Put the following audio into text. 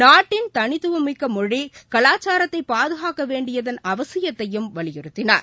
நாட்டின் தனித்துவமிக்க மொழி கலாச்சாரத்தை பாதுகாக்க வேண்டியதன் அவசியத்தையும் வலியுறுத்தினார்